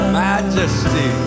Majesty